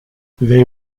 they